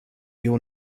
your